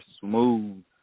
smooth